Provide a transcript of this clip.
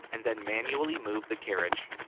and then manually move the carriage.